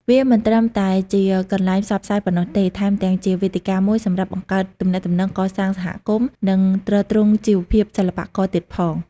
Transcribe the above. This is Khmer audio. វាមិនត្រឹមតែជាកន្លែងផ្សព្វផ្សាយប៉ុណ្ណោះទេ ថែមទាំងជាវេទិកាមួយសម្រាប់បង្កើតទំនាក់ទំនង កសាងសហគមន៍ និងទ្រទ្រង់ជីវភាពសិល្បករទៀតផង។